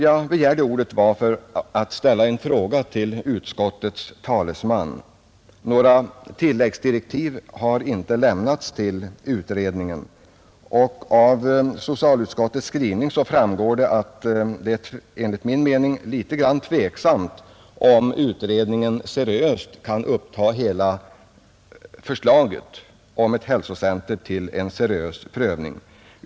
Jag begärde ordet för att ställa en fråga till utskottets talesman. Några nya behov av tilläggsdirektiv antyds inte i utskottsuttalandet och har inte lämnats till utredningen. Av socialutskottets skrivning framgår det, enligt min mening, att det är tveksamt om utredningen kan uppta hela förslaget om ett hälsocentrum till seriös prövning.